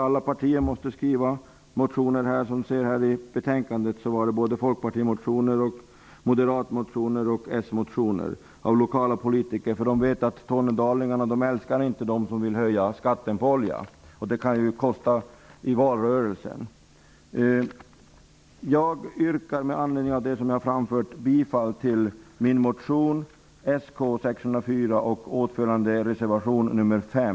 Alla partier var tvugna att väcka motioner. I betänkandet syns att det både var Folkpartimotioner, Moderatmotioner och s-motioner. De lokala politikerna vet att Tornedalningarna inte älskar dem som vill höja skatten på olja. Det kan kosta i valrörelsen. Jag yrkar med anledning av det jag har framfört bifall till min motion Sk604 och åtföljande reservation nr 5.